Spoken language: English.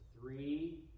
three